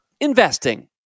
investing